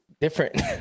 different